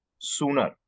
sooner